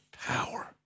power